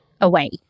away